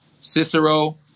Cicero